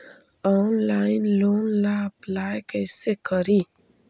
Online loan ला apply कैसे करी?